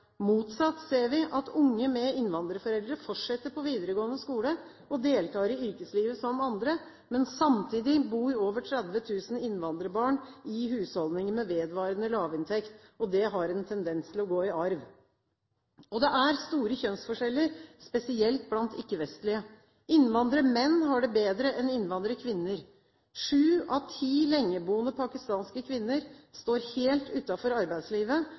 Motsatt ser vi at unge med innvandrerforeldre fortsetter på videregående skole og deltar i yrkeslivet som andre, men samtidig bor over 30 000 innvandrerbarn i husholdninger med vedvarende lavinntekt. Det har en tendens til å gå i arv. Det er store kjønnsforskjeller, spesielt blant ikke-vestlige. Innvandrermenn har det bedre enn innvandrerkvinner. Sju av ti lengeboende pakistanske kvinner står helt utenfor arbeidslivet.